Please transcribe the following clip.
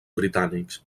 britànics